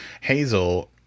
Hazel